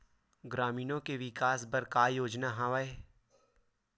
ग्रामीणों के विकास बर का योजना हवय?